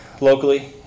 locally